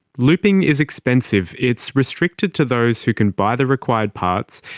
looping is expensive, it's restricted to those who can buy the required parts,